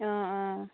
অঁ অঁ